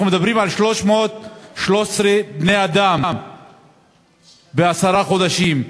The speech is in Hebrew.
אנחנו מדברים על 313 בני-אדם בעשרה חודשים,